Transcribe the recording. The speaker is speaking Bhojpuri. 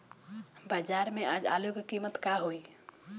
बाजार में आज आलू के कीमत का होई?